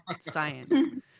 Science